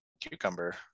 cucumber